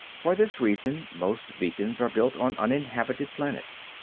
for this reason, most beacons are built on uninhabited planets.